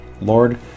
Lord